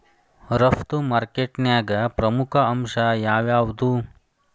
ರಫ್ತು ಮಾರ್ಕೆಟಿಂಗ್ನ್ಯಾಗ ಪ್ರಮುಖ ಅಂಶ ಯಾವ್ಯಾವ್ದು?